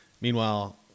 Meanwhile